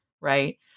Right